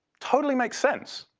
totally makes sense,